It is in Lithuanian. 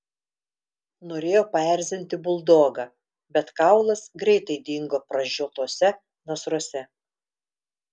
norėjo paerzinti buldogą bet kaulas greitai dingo pražiotuose nasruose